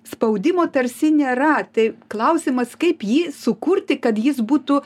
spaudimo tarsi nėra tai klausimas kaip jį sukurti kad jis būtų